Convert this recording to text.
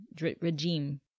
regime